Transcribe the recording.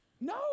No